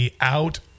out